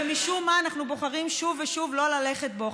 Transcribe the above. ומשום מה אנחנו בוחרים שוב ושוב לא ללכת בו.